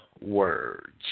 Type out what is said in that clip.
words